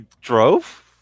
drove